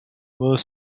were